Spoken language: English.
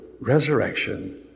resurrection